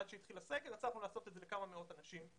עד שהתחיל הסגר הצלחנו לעשות את זה לכמה מאות אנשים.